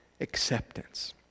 Acceptance